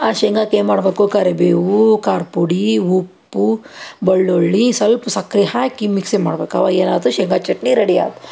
ಆ ಶೇಂಗಕ್ಕೆ ಏನು ಮಾಡಬೇಕು ಕರಿಬೇವು ಖಾರ ಪುಡಿ ಉಪ್ಪು ಬೆಳ್ಳುಳ್ಳಿ ಸಲ್ಪ ಸಕ್ರೆ ಹಾಕಿ ಮಿಕ್ಸಿ ಮಾಡ್ಬೇಕು ಅವಾಗ ಏನು ಆಯ್ತು ಶೇಂಗಾ ಚಟ್ನಿ ರಡಿ ಆತು